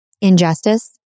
injustice